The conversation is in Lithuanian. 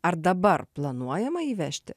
ar dabar planuojama įvežti